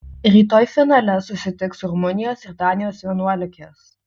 rytoj finale susitiks rumunijos ir danijos vienuolikės